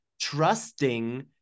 trusting